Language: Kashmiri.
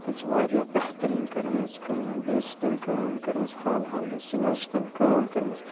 تٔمۍ چھِ واریاہ بہتریٖن کٔرمٕژ کٲم بیٚیہِ چھِ تٔمۍ کٲم کٔرمٕژ حال حالَے سٕے منٛز چھِ تٔمۍ کٲم کٔرمٕژ